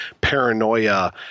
paranoia